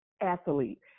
athlete